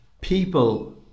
people